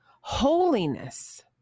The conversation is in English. Holiness